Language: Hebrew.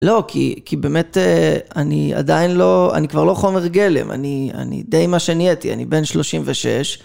לא, כי.. כי באמת אה.. אני עדיין לא, אני כבר לא חומר גלם, אני.. אני די מה שנהייתי, אני בן 36.